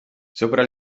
sopra